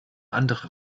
andere